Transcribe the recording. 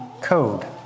code